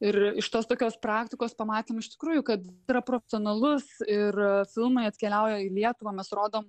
ir iš tos tokios praktikos pamatėm iš tikrųjų kad yra profesionalus ir filmai atkeliauja į lietuvą mes rodom